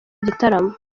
igitaramo